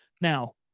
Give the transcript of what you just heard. now